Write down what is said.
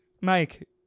Mike